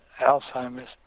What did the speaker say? Alzheimer's